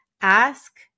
ask